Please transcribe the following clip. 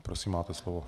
Prosím, máte slovo.